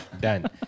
done